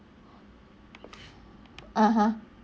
(uh huh)